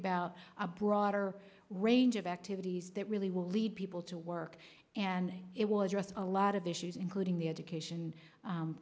about a broader range of activities that really will lead people to work and it was us a lot of issues including the education